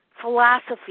philosophy